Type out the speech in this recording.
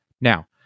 Now